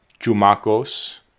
Chumacos